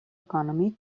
economy